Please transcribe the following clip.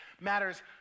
matters